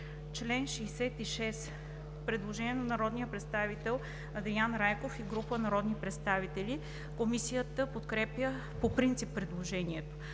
чл. 66 има предложение на народния представител Андриан Райков и група народни представители. Комисията подкрепя по принцип предложението.